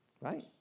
Right